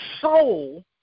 soul